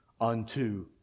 unto